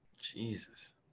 Jesus